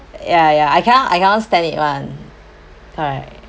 ya ya I cannot I cannot stand it [one]